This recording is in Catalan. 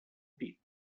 pit